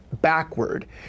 backward